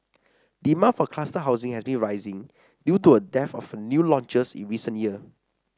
demand for cluster housing has been rising due to a dearth of new launches in recent year